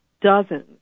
dozens